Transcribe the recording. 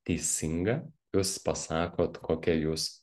teisinga jūs pasakot kokia jūs